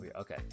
Okay